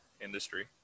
industry